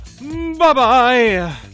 Bye-bye